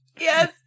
Yes